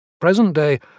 Present-day